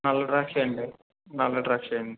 నల్ల ద్రాక్ష అండి నల్ల ద్రాక్ష వెయ్యండి